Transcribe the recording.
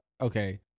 Okay